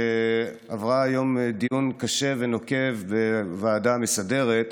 שעברה היום דיון קשה ונוקב בוועדה המסדרת.